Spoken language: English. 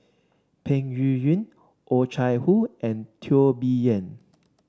Peng Yuyun Oh Chai Hoo and Teo Bee Yen